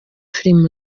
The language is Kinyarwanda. film